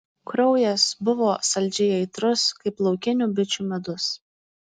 kraujas buvo saldžiai aitrus kaip laukinių bičių medus